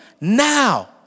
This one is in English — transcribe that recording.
Now